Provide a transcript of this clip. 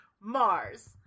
Mars